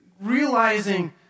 realizing